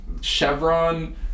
chevron